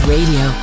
Radio